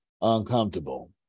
uncomfortable